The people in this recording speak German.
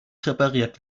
repariert